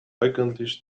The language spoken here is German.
eigentlich